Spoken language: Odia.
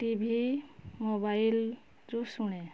ଟି ଭି ମୋବାଇଲ୍ରୁ ଶୁଣେ